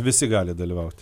visi gali dalyvauti